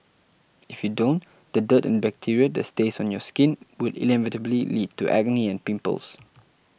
if you don't the dirt and bacteria that stays on your skin will inevitably lead to acne and pimples